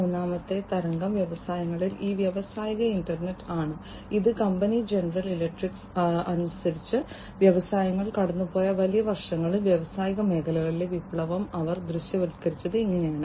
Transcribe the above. മൂന്നാമത്തെ തരംഗം വ്യവസായങ്ങളിൽ ഈ വ്യാവസായിക ഇന്റർനെറ്റ് ആണ് ഇത് കമ്പനി ജനറൽ ഇലക്ട്രിക് അനുസരിച്ച് വ്യവസായങ്ങൾ കടന്നുപോയ വലിയ വർഷങ്ങളിൽ വ്യാവസായിക മേഖലയിലെ വിപ്ലവം അവർ ദൃശ്യവത്കരിച്ചത് ഇങ്ങനെയാണ്